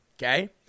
Okay